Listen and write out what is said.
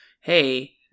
hey